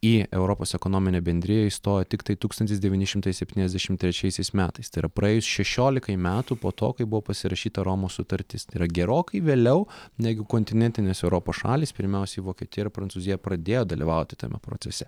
į europos ekonominę bendriją įstojo tiktai tūkstantis devyni šimtai septyniasdešimt trečiaisiais metais tai yra praėjus šešiolikai metų po to kai buvo pasirašyta romos sutartis tai yra gerokai vėliau negu kontinentinės europos šalys pirmiausiai vokietija ir prancūzija pradėjo dalyvauti tame procese